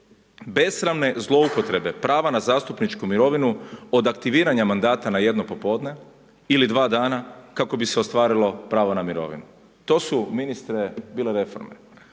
besramne zloupotrebe prava na zastupničku mirovinu od aktiviranja mandata na jedno popodne ili dva dana kako bi se ostvarilo pravo na mirovinu. To su ministre bile reforme.